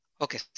Okay